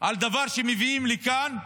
על דבר שמביאים לכאן ואומר: